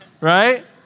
right